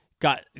got